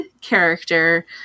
character